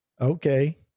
okay